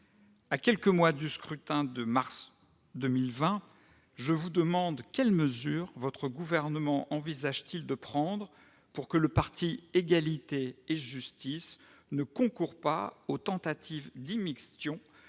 À quelques mois du scrutin de mars 2020, quelles mesures le Gouvernement envisage-t-il de prendre pour que le parti égalité et justice ne concoure pas aux tentatives d'immixtion